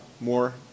more